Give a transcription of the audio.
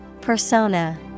persona